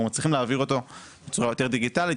מצליחים להעביר אותו בצורה יותר דיגיטלית,